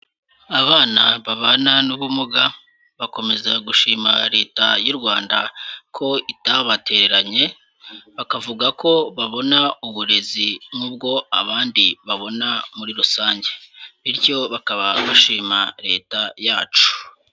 Abana babana n'ubumuga, bakomeza gushima Leta y'u Rwanda ko itabatereranye, bakavuga ko babona uburezi nk'ubwo abandi babona muri rusange bityo bakaba bashima Leta yacu.